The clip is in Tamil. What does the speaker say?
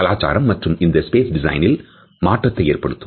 கலாச்சார மாற்றம் இந்த பேஸ் டிசைனிலும் மாற்றத்தை ஏற்படுத்தும்